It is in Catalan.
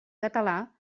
català